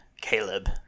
Caleb